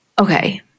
Okay